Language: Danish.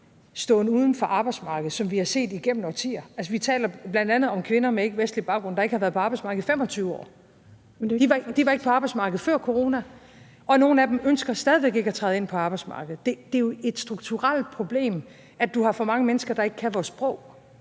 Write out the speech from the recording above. ståen uden for arbejdsmarkedet, som vi har set igennem årtier. Altså, vi taler bl.a. om kvinder med ikkevestlig baggrund, der ikke har været på arbejdsmarkedet i 25 år. De var ikke på arbejdsmarkedet før corona, og nogle af dem ønsker stadig væk ikke at træde ind på arbejdsmarkedet. Det er jo et strukturelt problem, at du har for mange mennesker, der ikke kan vores sprog;